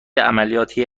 عملیاتی